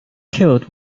killed